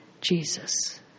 Jesus